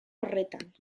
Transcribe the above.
horretan